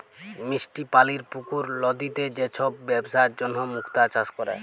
মিষ্টি পালির পুকুর, লদিতে যে সব বেপসার জনহ মুক্তা চাষ ক্যরে